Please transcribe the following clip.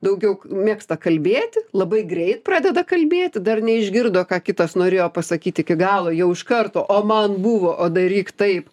daugiau mėgsta kalbėti labai greit pradeda kalbėti dar neišgirdo ką kitas norėjo pasakyti iki galo jau iš karto o man buvo o daryk taip